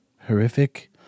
horrific